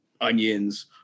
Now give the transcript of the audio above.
onions